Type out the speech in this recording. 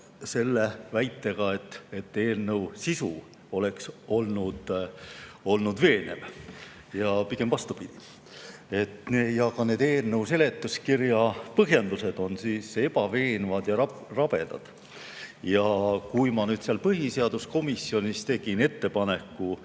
selle väitega, et eelnõu sisu oleks olnud veenev. Pigem vastupidi. Ja ka need eelnõu seletuskirja põhjendused on ebaveenvad ja rabedad. Ma tegin põhiseaduskomisjonis ettepaneku,